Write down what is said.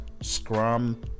scrum